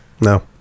no